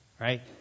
right